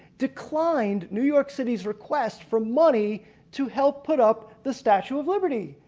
declined new york city's request for money to help put up the statue of liberty.